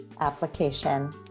application